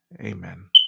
Amen